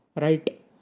right